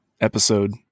episode